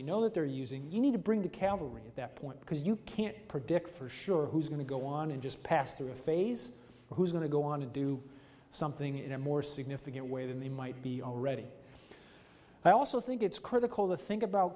you know that they're using you need to bring the cavalry at that point because you can't predict for sure who's going to go on and just pass through a phase who's going to go on to do something in a more significant way than they might be already i also think it's critical to think about